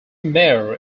mayor